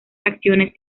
acciones